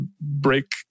break